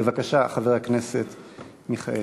בבקשה, חבר הכנסת מיכאלי.